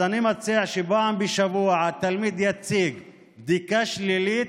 אז אני מציע שפעם בשבוע התלמיד יציג בדיקה שלילית,